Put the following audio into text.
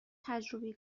تجربه